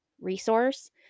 resource